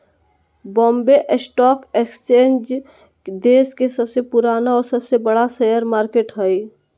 Bombay stock exchange देश के सबसे पुराना और सबसे बड़ा शेयर मार्केट हइ